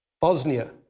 Bosnia